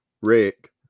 Rick